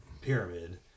pyramid